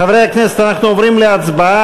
חברי הכנסת, אנחנו עוברים להצבעה.